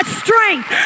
strength